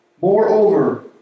Moreover